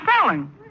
selling